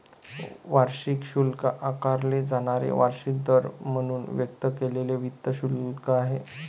वार्षिक शुल्क आकारले जाणारे वार्षिक दर म्हणून व्यक्त केलेले वित्त शुल्क आहे